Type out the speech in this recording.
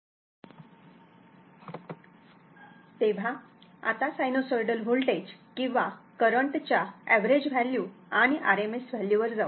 तेव्हा आता sinusoidal voltage किंवा करंटच्या एवरेज व्हॅल्यू आणि RMS व्हॅल्यू वर जाऊ